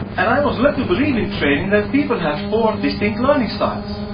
and i was led to believe in training that people have four distinct learning styles.